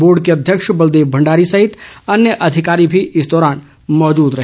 board के अध्यक्ष बलदेव भंडारी सहित अन्य अधिकारी भी इस दौरान मौजूद रहे